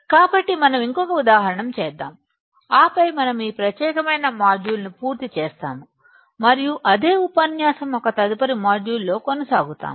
కాబట్టి మనం ఇంకొక ఉదాహరణ చేద్దాం ఆపై మనం ఈ ప్రత్యేకమైన మాడ్యూల్ను పూర్తి చేస్తాము మరియు అదే ఉపన్యాసం యొక్క తదుపరి మాడ్యూల్లో కొనసాగుతాము